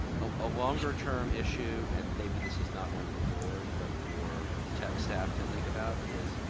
ah a longer-term issue and maybe this is not one for board but for the tech staff to think about is